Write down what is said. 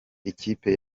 ikipe